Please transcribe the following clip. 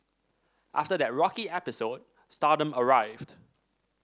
after that rocky episode stardom arrived